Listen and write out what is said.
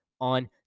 on